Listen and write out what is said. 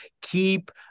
keep